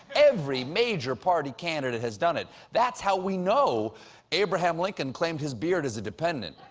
every major party candidate has done it. that's how we know abraham lincoln claimed his beard as a dependent.